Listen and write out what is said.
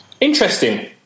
Interesting